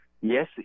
yes